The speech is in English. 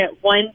one